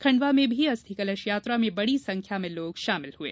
खंडवा में भी अस्थि कलश यात्रा में बड़ी संख्या में लोग शामिल हुये